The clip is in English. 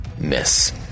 Miss